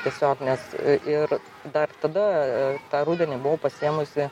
tiesiog nes ir dar tada tą rudenį buvau pasiėmusi